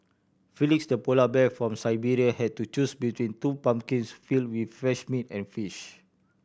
felix the polar bear from Siberia had to choose between two pumpkins filled with fresh meat and fish